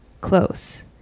close